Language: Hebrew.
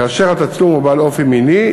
כאשר התצלום הוא בעל אופי מיני,